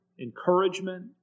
encouragement